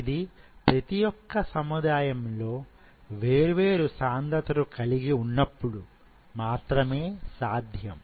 ఇది ప్రతి ఒక్క సముదాయంలో వేర్వేరు సాంద్రతలు కలిగి ఉన్నప్పుడు మాత్రమే సాధ్యం